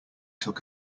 took